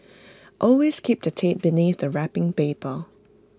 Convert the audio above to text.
always keep the tape beneath the wrapping paper